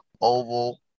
oval